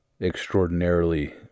extraordinarily